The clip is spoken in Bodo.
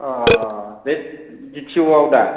बे दि थि अ आव दा